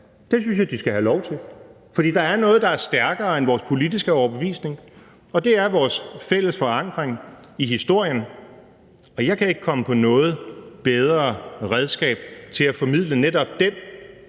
Det synes jeg de skal have lov til, for der er noget, der er stærkere end vores politiske overbevisning, og det er vores fælles forankring i historien. Jeg kan ikke komme på noget bedre redskab til at formidle netop den